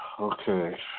okay